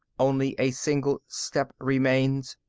only a single step remains,